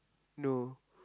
no